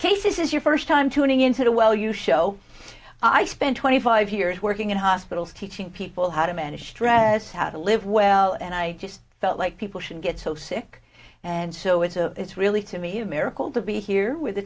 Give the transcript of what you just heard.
case this is your first time tuning into well you show i spent twenty five years working in hospitals teaching people how to manage stress how to live well and i just felt like people should get so sick and so it's a it's really to me a miracle to be here with